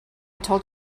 told